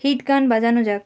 hit গান বাজানো যাক